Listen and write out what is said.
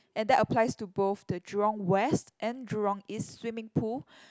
and that applies to both the Jurong-West and Jurong-East swimming pool